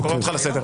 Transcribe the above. אני קורא אותך לסדר.